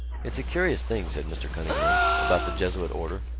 it's a curious thing, said mr. cunningham, about the jesuit order.